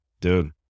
dude